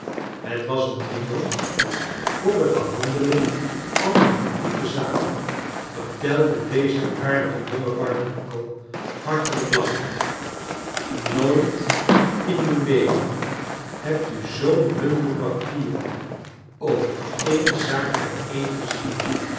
het was een triomf voor de behandeling van een publieke zaak i vertelde deze aardige jonge barnacle hartelijk lachend nooit in uw leven hebt u zoo'n bundel papieren over een zaak bijeen gezien